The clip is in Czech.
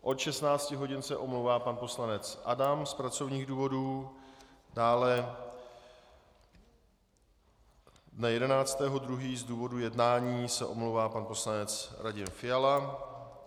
Od 16 hodin se omlouvá pan poslanec Adam z pracovních důvodů, dále dne 11. 2. z důvodu jednání se omlouvá pan poslanec Radim Fiala.